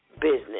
business